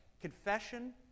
confession